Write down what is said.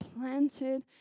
planted